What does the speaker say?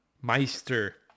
meister